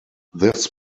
this